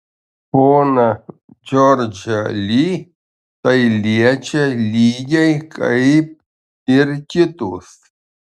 poną džordžą li tai liečia lygiai kaip ir kitus